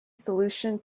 solution